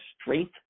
strength